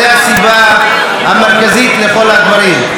זו הסיבה המרכזית לכל הדברים.